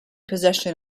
possession